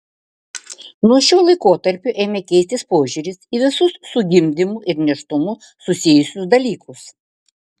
nuo šio laikotarpio ėmė keistis požiūris į visus su gimdymu ir nėštumu susijusius dalykus